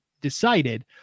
decided